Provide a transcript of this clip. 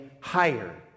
higher